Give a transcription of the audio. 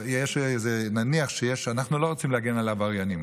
אנחנו לא רוצים להגן על עבריינים,